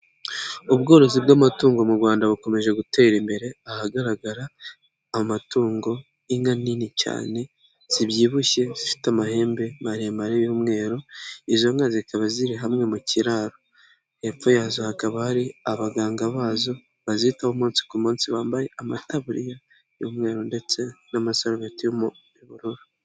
ubworozi bw'amatungo mu Rwanda bukomeje gutera imbere, ahagaragara amatungo, inka nini cyane, zibyibushye, zifite amahembe maremare y'umweru, izo nka zikaba ziri hamwe mu kiraro. Hepfo yazo hakaba hari abaganga bazo, bazitaho umunsi ku munsi bambaye amataburiya y'umweru ndetse n'amasarubeti yo mu bururu.